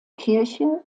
kirche